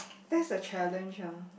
that's a challenge ah